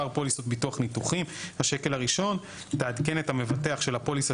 פוליסות ביטוח ניתוחים השקל הראשון היא תעדכן את המבטח של הפוליסה